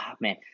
man